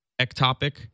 Ectopic